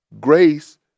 grace